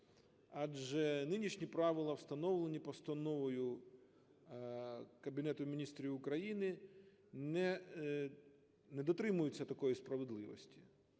Адже нинішні правила, встановлені постановою Кабінету Міністрів України, не дотримуються такої справедливості.